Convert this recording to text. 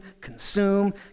consume